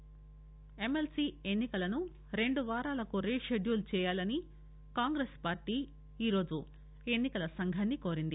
తెలంగాణలో ఎమ్మెల్సీ ఎన్ని కలను రెండు వారాలకు రీ షెడ్యూల్ చేయాలని కాంగ్రెస్ పార్టీ ఈరోజు ఎన్ని కల సంఘాన్ని కోరింది